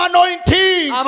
Anointing